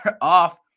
off